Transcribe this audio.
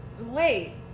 Wait